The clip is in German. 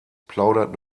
plaudert